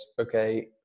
okay